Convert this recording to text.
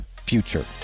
future